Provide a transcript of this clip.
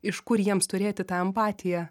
iš kur jiems turėti tą empatiją